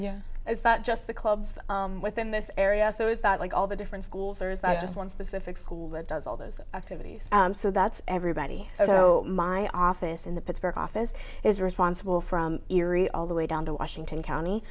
yeah it's not just the clubs within this area so it's not like all the different schools are just one specific school that does all those activities so that's everybody so my office in the pittsburgh office is responsible from erie all the way down to washington county